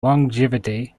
longevity